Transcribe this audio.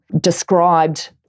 described